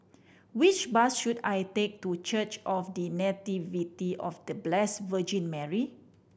which bus should I take to Church of The Nativity of The Blessed Virgin Mary